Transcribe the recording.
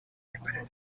tipperary